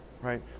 right